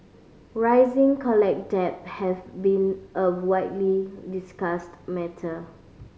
rising college debt has been a widely discussed matter